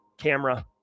camera